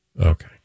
okay